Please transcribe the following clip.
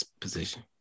position